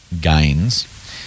gains